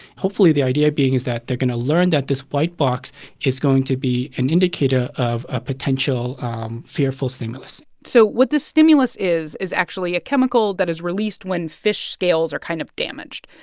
hopefully, the idea being is that they're going to learn that this white box is going to be an indicator of a potential fearful stimulus so what the stimulus is is actually a chemical that is released when fish scales are kind of damaged.